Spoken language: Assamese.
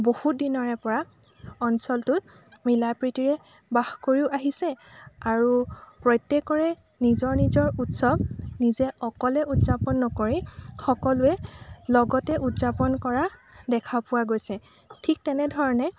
বহু দিনৰে পৰা অঞ্চলটোত মিলাপ্ৰিতীৰে বাস কৰিও আহিছে আৰু প্ৰত্যেকৰে নিজৰ নিজৰ উৎসৱ নিজে অকলে উদযাপন নকৰি সকলোৱে লগতে উদযাপন কৰা দেখা পোৱা গৈছে ঠিক তেনেধৰণে